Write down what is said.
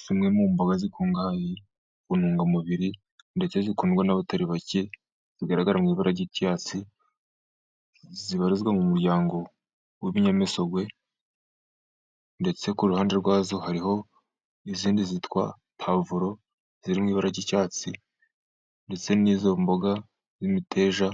Zimwe mu mboga zikungahaye ku ntungamubiri ndetse zikundwa n'abatari bake zigaragara mu ibara ry'icyatsi, zibarizwa mu muryango w'ibinyamisogwe ndetse ku ruhande rwazo hariho izindi zitwa pavuro. Ziri mu ibara ry'icyatsi ndetse n'izo mboga z'imiteja